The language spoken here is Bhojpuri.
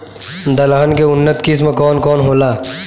दलहन के उन्नत किस्म कौन कौनहोला?